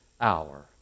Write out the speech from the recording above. hour